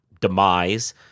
demise